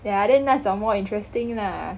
yeah then 那种 more interesting lah